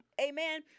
amen